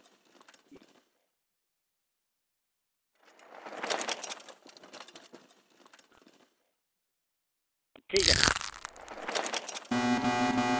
ᱴᱷᱤᱠ ᱟᱪᱷᱮ